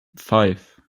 five